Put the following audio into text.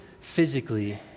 physically